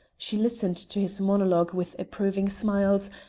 she listened to his monologue with approving smiles,